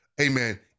amen